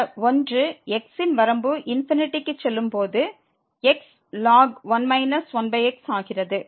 இந்த 1 x ன் வரம்பு ∞ க்கு செல்லும் போது 1 1x ஆகிறது